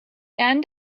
end